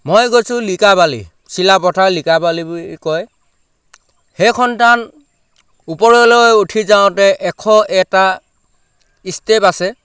মই গৈছোঁ লিকাবালি চিলাপথাৰ লিকাবালি বুলি কয় সেই থানত ওপৰলৈ উঠি যাওঁতে এশ এটা ষ্টেপ আছে